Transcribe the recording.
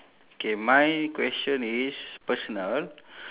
K my question is personal